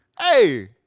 Hey